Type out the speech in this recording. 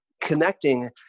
connecting